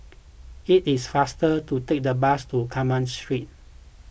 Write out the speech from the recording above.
it is faster to take the bus to Carmen Street